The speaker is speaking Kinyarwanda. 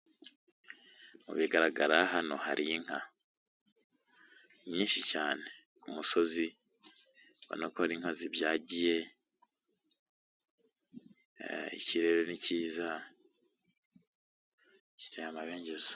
Mu bigaragara hano hari inka nyinshi cyane ku musozi ubona ko hari inka zibyagiye ikirere ni kiza giteye amabengeza.